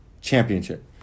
Championship